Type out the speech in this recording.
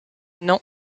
non